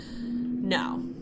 No